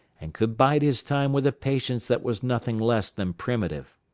and could bide his time with a patience that was nothing less than primitive.